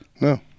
No